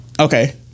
Okay